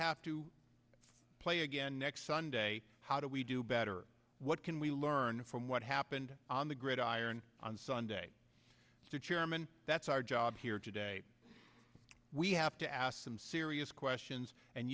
have to play again next sunday how do we do better what can we learn from what happened on the gridiron on sunday the chairman that's our job here today we have to ask some serious questions and